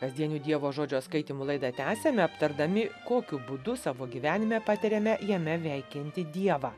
kasdienių dievo žodžio skaitymų laidą tęsiame aptardami kokiu būdu savo gyvenime patiriame jame veikiantį dievą